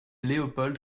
leopold